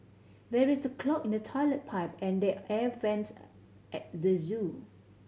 there is a clog in the toilet pipe and the air vents at the zoo